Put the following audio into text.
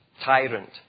Tyrant